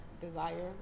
desire